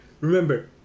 Remember